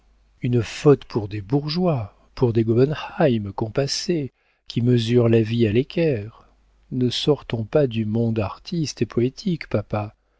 une faute pour des bourgeois pour des gobenheim compassés qui mesurent la vie à l'équerre ne sortons pas du monde artiste et poétique papa